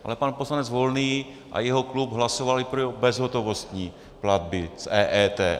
Ale pan poslanec Volný a jeho klub hlasovali pro bezhotovostní platby s EET.